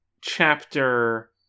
chapter